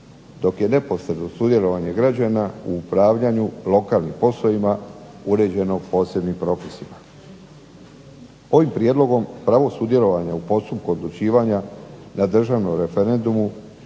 dok je neposredno sudjelovanje građana u upravljanju lokalnim poslovima uređeno posebnim propisima. Ovim prijedlogom pravo sudjelovanja u postupku odlučivanja na državnom referendumu